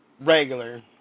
regular